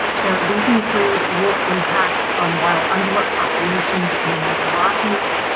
so these include wolf impacts on wild, undeveloped populations in the northern rockies,